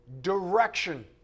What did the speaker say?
direction